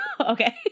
okay